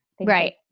Right